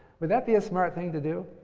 would that be a smart thing to do?